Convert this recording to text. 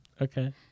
Okay